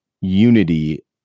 unity